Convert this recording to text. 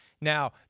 Now